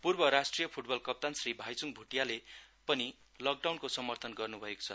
पूर्व राष्ट्रिय फूटबल कप्तान श्री भाइचुङ भोटियाले पनि लकडाउनको सर्मथन गर्नुभएको छ